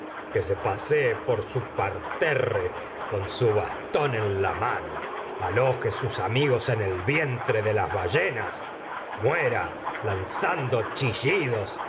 que se pasee por su parterre con su bastón en la mano aloje sus amigos en el vientre de las ballenas muera lanzando chillidos